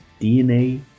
DNA